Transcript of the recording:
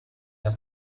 der